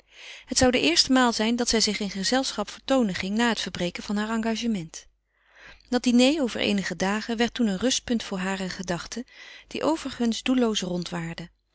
het zou de eerste maal zijn dat zij zich in gezelschap vertoonen ging na het verbreken van haar engagement dat diner over eenige dagen werd toen een rustpunt voor hare gedachten die overigens doelloos